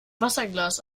wasserglas